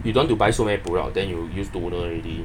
if you want to buy so many product than you used toner already